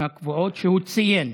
הקבועות שהוא ציין.